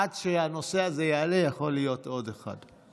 עד שהנושא הזה יעלה יכול להיות עוד אחד.